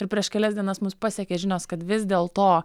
ir prieš kelias dienas mus pasiekė žinios kad vis dėl to